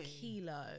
kilo